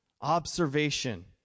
observation